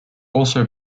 also